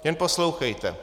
Jen poslouchejte.